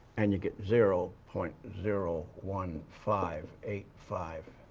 and you get zero point zero one five eight five